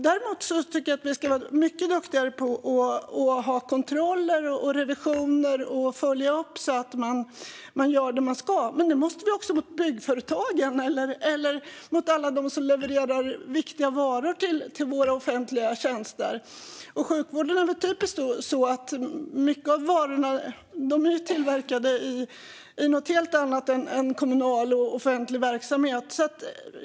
Däremot tycker jag att vi ska bli mycket duktigare på kontroller och revisioner och att följa upp att man gör det man ska. Det måste vi också göra gentemot byggföretag och alla som levererar viktiga varor till våra offentliga tjänster. Inom sjukvården är mycket av de varor som används tillverkade i något helt annat än kommunal och offentlig verksamhet.